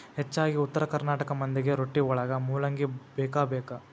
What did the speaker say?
ಹೆಚ್ಚಾಗಿ ಉತ್ತರ ಕರ್ನಾಟಕ ಮಂದಿಗೆ ರೊಟ್ಟಿವಳಗ ಮೂಲಂಗಿ ಬೇಕಬೇಕ